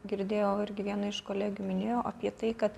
girdėjau irgi viena iš kolegių minėjo apie tai kad